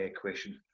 question